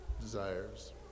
desires